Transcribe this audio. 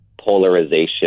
polarization